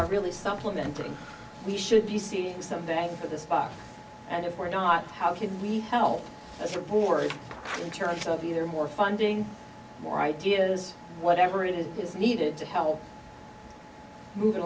are really supplementing we should be seeing something for this box and if we're not how can we help support in terms of either more funding more ideas whatever it is is needed to help move it